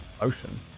ocean